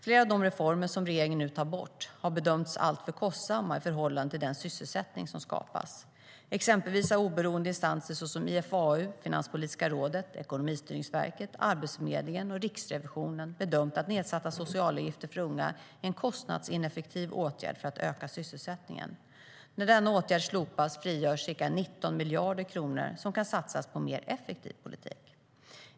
Flera av de reformer som regeringen nu tar bort har bedömts vara alltför kostsamma i förhållande till den sysselsättning som skapas. Exempelvis har oberoende instanser såsom IFAU, Finanspolitiska rådet, Ekonomistyrningsverket, Arbetsförmedlingen och Riksrevisionen bedömt att nedsatta socialavgifter för unga är en kostnadsineffektiv åtgärd för att öka sysselsättningen. När denna åtgärd slopas frigörs ca 19 miljarder kronor som kan satsas på mer effektiv politik.